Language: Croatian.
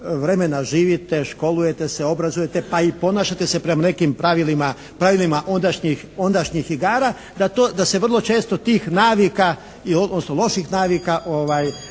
vremena živite, školujete se, obrazujete pa i ponašate se prema nekim pravilima ondašnjih igara da se vrlo često tih navika, odnosno loših navika da